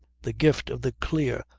the gift of the clear,